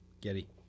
Getty